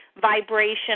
vibration